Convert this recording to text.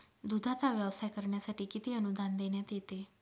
दूधाचा व्यवसाय करण्यासाठी किती अनुदान देण्यात येते?